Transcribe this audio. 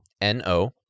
N-O